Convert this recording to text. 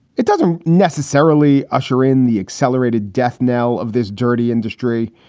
it doesn't necessarily usher in the accelerated death knell of this dirty industry.